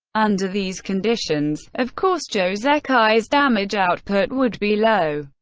under these conditions, of course zhou zekai's damage output would be low.